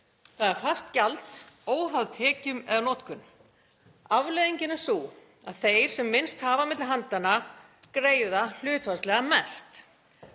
Það er fast gjald óháð tekjum eða notkun. Afleiðingin er sú að þeir sem minnst hafa á milli handanna greiða hlutfallslega mest,